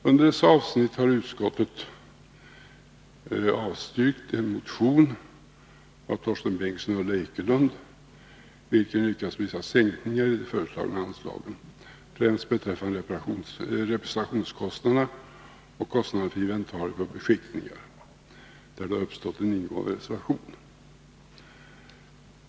Utskottet har avstyrkt en under dessa avsnitt väckt motion av Torsten Bengtson och Ulla Ekelund, i vilken yrkats vissa sänkningar i några av de föreslagna anslagen, främst beträffande representationskostnaderna och kostnader för inventarier på beskickningarna, där det har uppstått en ingående reservation.